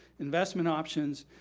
investment options,